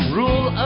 rule